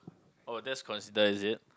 oh that's consider is it